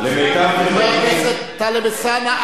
חבר הכנסת טלב אלסאנע,